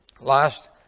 Last